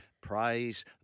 praise